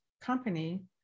company